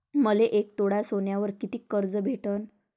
मले एक तोळा सोन्यावर कितीक कर्ज भेटन?